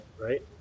right